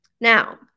Now